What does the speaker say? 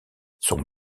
son